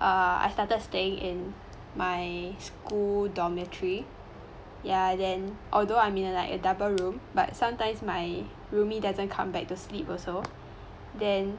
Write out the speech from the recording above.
err I started staying in my school dormitory ya then although i'm in a like a double room but sometimes my roomie doesn't come back to sleep also then